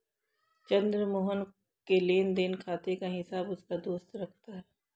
चंद्र मोहन के लेनदेन खाते का हिसाब उसका दोस्त रखता है